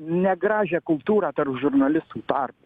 negražią kultūrą tarp žurnalistų tarpo